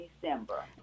December